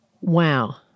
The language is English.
Wow